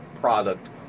product